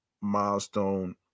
milestone